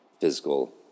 physical